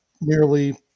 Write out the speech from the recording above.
nearly